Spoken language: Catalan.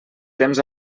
temps